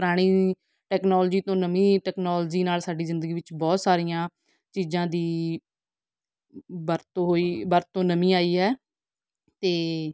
ਪੁਰਾਣੀ ਟੈਕਨੋਲਜੀ ਤੋਂ ਨਵੀਂ ਟੈਕਨੋਲਜੀ ਨਾਲ ਸਾਡੀ ਜ਼ਿੰਦਗੀ ਵਿੱਚ ਬਹੁਤ ਸਾਰੀਆਂ ਚੀਜ਼ਾਂ ਦੀ ਵਰਤੋਂ ਹੋਈ ਵਰਤੋਂ ਨਵੀਂ ਆਈ ਹੈ ਅਤੇ